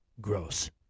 gross